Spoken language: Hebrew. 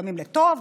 לפעמים לטוב,